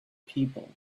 people